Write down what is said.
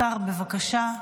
השר, בבקשה.